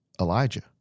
Elijah